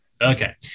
Okay